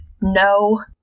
no-